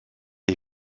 est